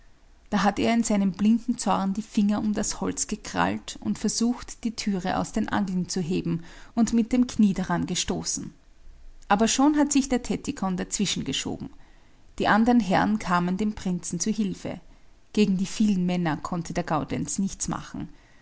da hat er in seinem blinden zorn die finger um das holz gekrallt und versucht die türe aus den angeln zu heben und mit dem knie daran gestoßen aber schon hat sich der tottikon dazwischengeschoben die anderen herren kamen dem prinzen zu hilfe gegen die vielen männer konnte der gaudenz nichts machen